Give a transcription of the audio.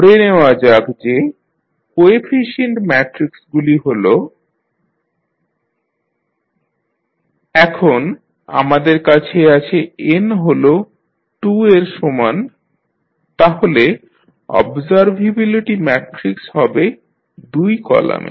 ধরে নেওয়া যাক যে কোএফিশিয়েন্ট ম্যাট্রিক্সগুলি হল A 2 0 0 1 B3 1 C1 0 এখন আমাদের কাছে আছে n হল 2 এর সমান তাহলে অবজারভেবিলিটি ম্যাট্রিক্স হবে দুই কলামে